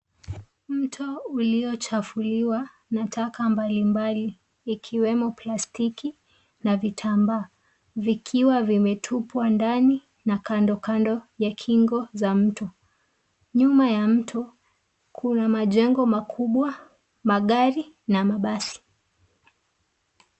Mto uliochafuliwa na taka mbali mbali, ikiwemo plastiki na vitambaa, vikiwa vimetupwa ndani na kando kando ya kingo za mto .Nyuma ya mto Kuna majengo makubwa, magari na mabasi.